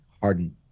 hardened